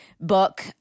book